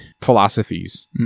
philosophies